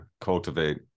cultivate